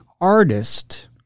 artist